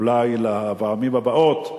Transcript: אולי לפעמים הבאות,